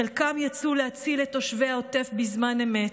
חלקם יצאו להציל את תושבי העוטף בזמן אמת.